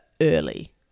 early